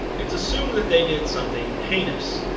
it's assumed that they did something heinous,